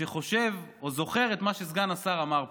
שחושב או זוכר את מה שסגן השר אמר פה,